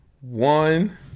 one